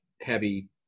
heavy